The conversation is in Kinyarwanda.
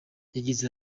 yagize